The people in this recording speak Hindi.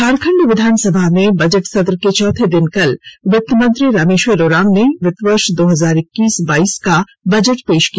झारखण्ड विधानसभा में बजट सत्र के चौथे दिन कल वित्तमंत्री रामेश्वर उरांव ने वित्त वर्ष दो हजार इक्कीस बाईस का बजट पेश किया